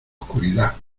oscuridad